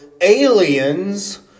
aliens